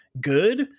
good